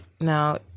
now